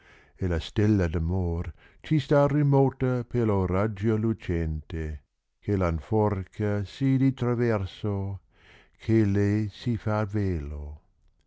e la stella d amor ci sta rimota per lo raggio lucente che la nforca si di traverso che le si fa velo